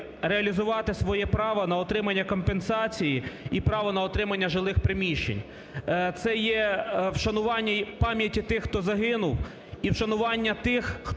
реалізувати своє право на отримання компенсації і право на отримання жилих приміщень. Це є вшанування пам'яті тих, хто загинув і вшанування тих, хто